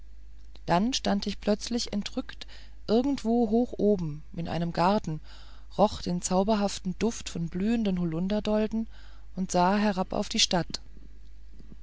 dann stand ich plötzlich entrückt irgendwo hoch oben in einem garten roch den zauberhaften duft von blühenden holunderdolden sah herab auf die stadt